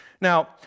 Now